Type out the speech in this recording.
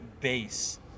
base